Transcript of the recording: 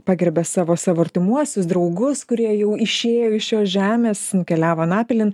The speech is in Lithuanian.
pagerbia savo savo artimuosius draugus kurie jau išėjo iš šios žemės nukeliavo anapilin